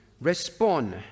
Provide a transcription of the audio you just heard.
respond